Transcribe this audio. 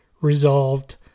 resolved